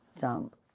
jump